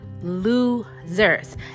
losers